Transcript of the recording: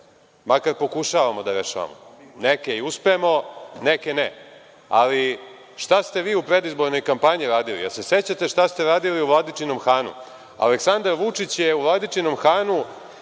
svakako pokušavamo da rešavamo. Neke uspemo, neke ne. Šta ste vi u predizbornoj kampanji radili. Da li se sećate šta ste radili u Vladičinom Hanu? Aleksandar Vučić je u Vladičinom Hanu